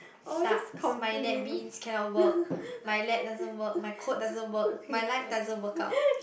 sucks my NetBeans cannot work my lap doesn't work my code doesn't work my life doesn't work out